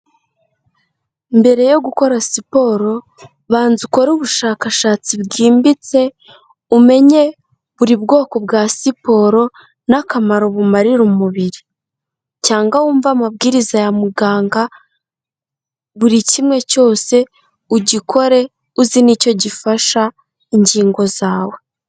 Mbere yo gukora siporo, banza ukore ubushakashatsi bwimbitse, umenye buri bwoko bwa siporo n'akamaro bimarira umubiri. Cyangwa wumve amabwiriza ya muganga, buri kimwe cyose ugikore uzi n'icyo gifasha ingingo zawe.